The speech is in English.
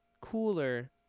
cooler